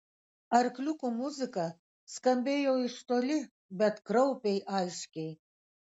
arkliukų muzika skambėjo iš toli bet kraupiai aiškiai